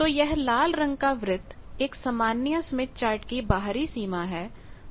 तो यह लाल रंग का व्रत एक सामान्य स्मिथ चार्ट की बाहरी सीमा है